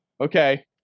Okay